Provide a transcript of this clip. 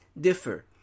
differ